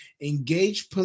Engage